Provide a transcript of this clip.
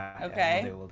Okay